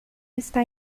está